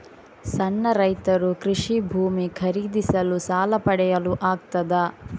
ಸಣ್ಣ ರೈತರು ಕೃಷಿ ಭೂಮಿ ಖರೀದಿಸಲು ಸಾಲ ಪಡೆಯಲು ಆಗ್ತದ?